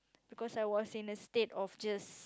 because I was in a state of just